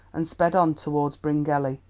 and sped on towards bryngelly.